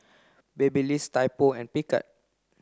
Babyliss Typo and Picard